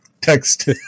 text